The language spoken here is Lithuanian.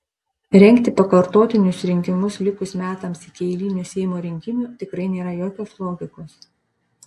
rengti pakartotinius rinkimus likus metams iki eilinių seimo rinkimų tikrai nėra jokios logikos